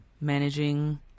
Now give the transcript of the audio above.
managing